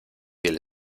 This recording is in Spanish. del